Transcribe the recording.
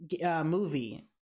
movie